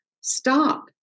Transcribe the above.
stop